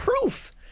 Proof